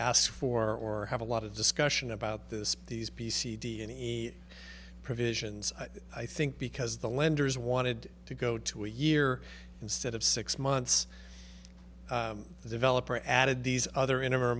ask for or have a lot of discussion about this these b c d any provisions i think because the lenders wanted to go to a year instead of six months the developer added these other in